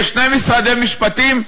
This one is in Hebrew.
יש שני משרדי משפטים?